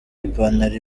ipantaro